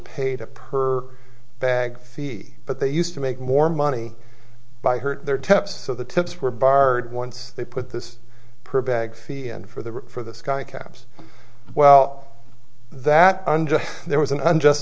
paid a perk bag fee but they used to make more money by hurt their tips so the tips were barred once they put this per bag fee and for the for the skycaps well that there was an unjust